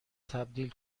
تبدیل